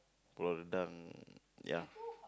Pulau Redang ya